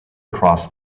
across